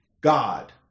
God